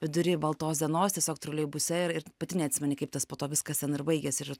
vidury baltos dienos tiesiog troleibuse ir ir pati neatsimeni kaip tas po to viskas ten ir baigėsi ir